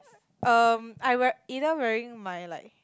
um I wear either wearing my like